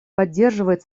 поддерживает